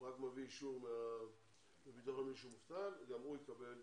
הוא רק מביא אישור מביטוח לאומי שהוא מובטל - גם הוא יקבל.